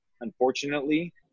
Unfortunately